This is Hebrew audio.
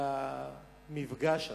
למפגש הזה.